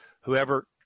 whoever